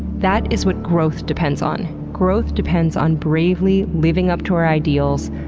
that is what growth depends on. growth depends on bravely living up to our ideals,